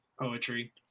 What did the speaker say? poetry